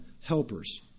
helpers